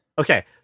Okay